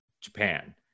Japan